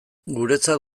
guretzat